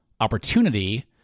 opportunity